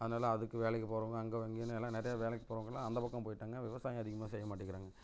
அதனால அதுக்கு வேலைக்கு போகிறவங்க அங்கே இங்கேன்னு எல்லாம் நிறையா வேலைக்கு போறவங்கெல்லாம் அந்த பக்கம் போயிட்டாங்க விவசாயம் அதிகமாக செய்ய மாட்டேக்கிறாங்க